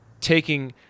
taking